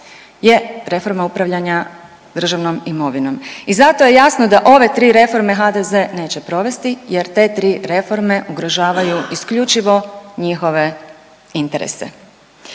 je reforma upravljanja državnom imovinom i zato je jasno da ove tri reforme HDZ neće provesti jer te tri reforme ugrožavaju isključivo njihove interese.